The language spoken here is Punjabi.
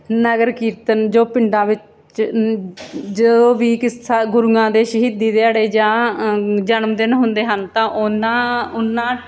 ਨਗਰ ਕੀਰਤਨ ਜੋ ਪਿੰਡਾਂ ਵਿੱਚ ਜਦੋਂ ਵੀ ਕਿੱਸਾ ਗੁਰੂਆਂ ਦੇ ਸ਼ਹੀਦੀ ਦਿਹਾੜੇ ਜਾਂ ਜਨਮਦਿਨ ਹੁੰਦੇ ਹਨ ਤਾਂ ਉਹਨਾਂ ਉਹਨਾਂ